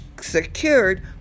secured